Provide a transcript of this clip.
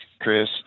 Chris